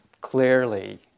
clearly